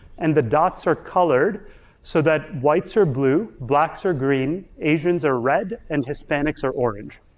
and the dots are colored so that whites are blue, blacks are green, asians are red and hispanics are orange.